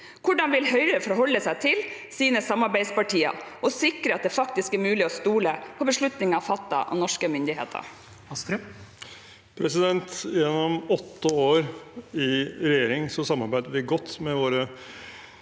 Hvordan vil Høyre forholde seg til sine samarbeidspartier og sikre at det faktisk er mulig å stole på beslutninger fattet av norske myndigheter?